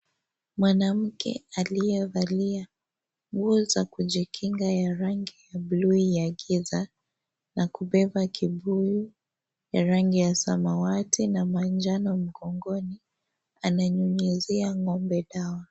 Mwanamke aliyevalia nguo za kujikinga ya rangi ya buluu ya giza na kubeba kibuyu ya rangi ya samawati na manjano mgongoni, A ananyunyizia ng'ombe dawa.